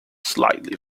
slightly